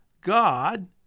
God